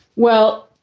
well,